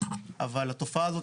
אבל התופעה הזאת,